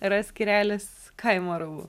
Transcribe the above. yra skyrelis kaimo rūbų